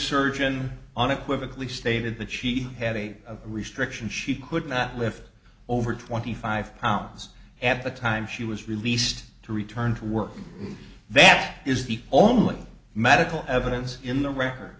surgeon on equivocally stated that she had a restriction she could not lift over twenty five pounds at the time she was released to return to work and that is the only medical evidence in the record